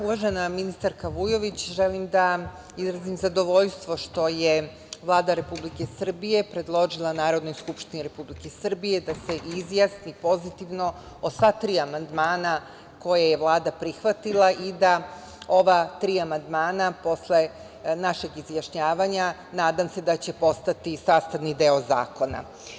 Uvažena ministarko Vujović, želim da izrazim zadovoljstvo što je Vlada Republike Srbije predložila Narodnoj skupštini Republike Srbije da se izjasni pozitivno o sva tri amandmana koje je Vlada prihvatila i da ova tri amandmana posle našeg izjašnjavanja, nadam se da će postati sastavni deo zakona.